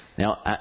Now